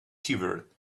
quivered